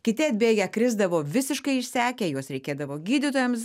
kiti atbėgę krisdavo visiškai išsekę juos reikėdavo gydytojams